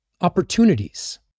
opportunities